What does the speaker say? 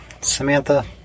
Samantha